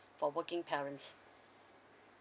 for working parents